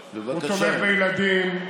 הוא תומך בילדים,